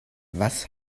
was